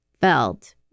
felt